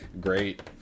great